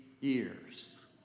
years